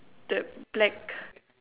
the black